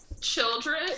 Children